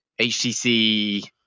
HTC